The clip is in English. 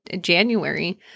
january